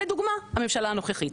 לדוגמה הממשלה הנוכחית,